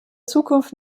zukunft